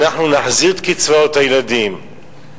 ואנחנו נחזיר את קצבאות הילדים.